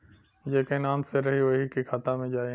जेके नाम से रही वही के खाता मे जाई